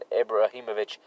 Ibrahimovic